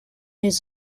his